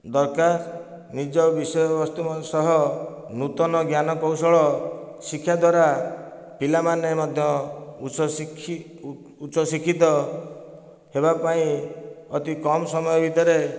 ଦରକାର ନିଜ ବିଷୟବସ୍ତୁ ସହ ନୂତନ ଜ୍ଞାନ କୌଶଳ ଶିକ୍ଷା ଦ୍ୱାରା ପିଲାମାନେ ମଧ୍ୟ ଉଚ୍ଚ ଶିକ୍ଷିତ ହେବାପାଇଁ ଅତି କମ୍ ସମୟ ଭିତରେ